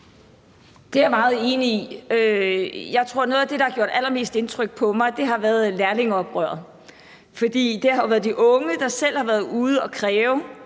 Det er jeg jo meget enig i. Jeg tror, at noget af det, der har gjort allermest indtryk på mig, har været lærlingeoprøret. For det har jo været de unge, der selv har været ude at kræve